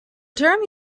term